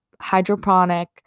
hydroponic